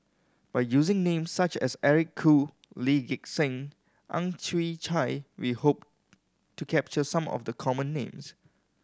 by using names such as Eric Khoo Lee Gek Seng and Ang Chwee Chai we hope to capture some of the common names